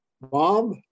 Bob